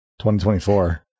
2024